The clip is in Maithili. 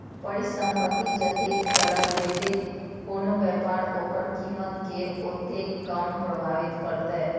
परिसंपत्ति जतेक तरल हेतै, कोनो व्यापार ओकर कीमत कें ओतेक कम प्रभावित करतै